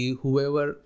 whoever